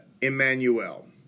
Emmanuel